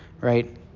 right